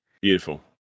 beautiful